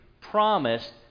promised